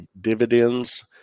dividends